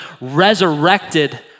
resurrected